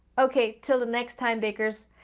okay, till the next time bakers.